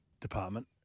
department